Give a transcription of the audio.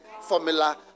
formula